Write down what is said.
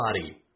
body